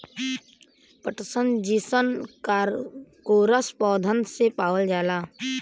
पटसन genus Corchorus पौधन से पावल जाला